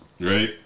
right